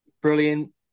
Brilliant